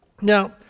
Now